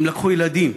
הם לקחו ילדים,